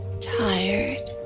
Tired